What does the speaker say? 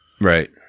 Right